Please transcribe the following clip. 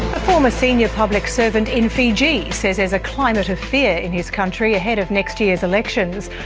a former senior public servant in fiji says there's a climate of fear in his country ahead of next year's elections.